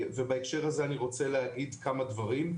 בהקשר הזה אני רוצה להגיד כמה דברים.